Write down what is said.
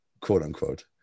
quote-unquote